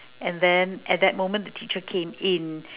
and then at that moment the teacher came in